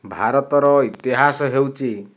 ଭାରତ ର ଇତିହାସ ହେଉଛି